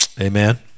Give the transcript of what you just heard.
Amen